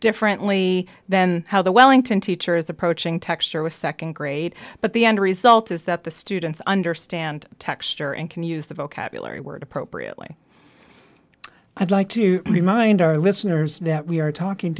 differently than how the wellington teacher is approaching texture with second grade but the end result is that the students understand texture and can use the vocabulary word appropriately i'd like to remind our listeners that we are talking